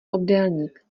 obdélník